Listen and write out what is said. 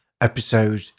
episode